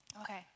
Okay